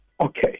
Okay